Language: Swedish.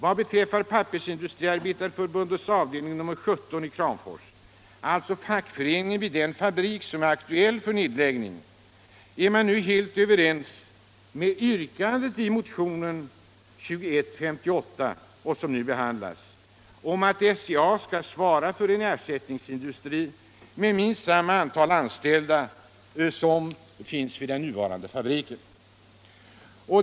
Inom Pappersindustriarbetarförbundets avdelning nr 17 i Kramfors — alltså fackföreningen vid den fabrik som är aktuell för nedläggning — är man nu helt överens med yrkandet i motionen 2158 om att SCA skall svara för en ersättningsindustri med minst samma antal anställda som finns i den nuvarande fabriken.